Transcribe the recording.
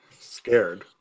scared